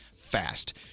fast